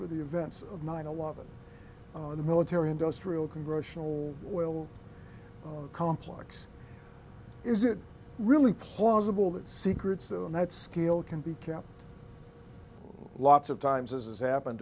for the events of nine eleven the military industrial congressional oil complex is it really plausible that secrets of that scale can be kept lots of times as has happened